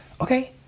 Okay